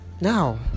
Now